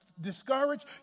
discouraged